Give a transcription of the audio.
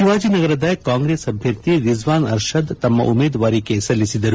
ತಿವಾಜಿನಗರದ ಕಾಂಗ್ರೆಸ್ ಅಭ್ಯರ್ಥಿ ರಿಜ್ವಾನ್ ಅರ್ಷಾದ್ ತಮ್ಮ ಉಮೇದುವಾರಿಕೆ ಸಲ್ಲಿಸಿದರು